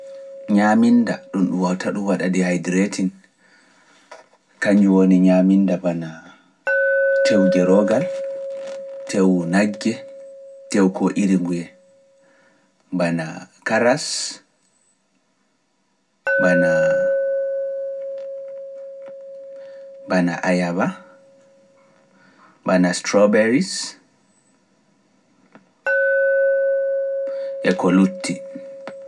Ɲaaminda ɗum ɗum ɗum waɗata ɗum waɗa dehydratin kanjum woni bana tew nagge, tew gerogal, abarba, ayaba e ko lutti.